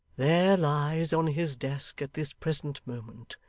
there lies on his desk at this present moment,